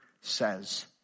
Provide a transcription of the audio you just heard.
says